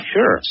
Sure